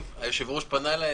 היושב-ראש פנה אליי,